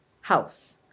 house